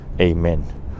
Amen